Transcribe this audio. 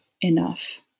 enough